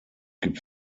gibt